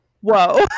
whoa